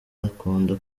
akunda